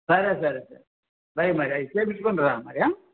సరే సరే సరే బయ్ మరి అయి చెయ్యించుకునిరా మరి